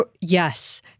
Yes